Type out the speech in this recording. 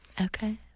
Okay